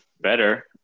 better